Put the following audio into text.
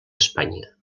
espanya